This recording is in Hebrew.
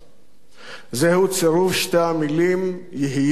זהו צירוף שתי המלים "יהיה בסדר".